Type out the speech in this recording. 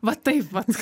va taip va